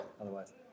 otherwise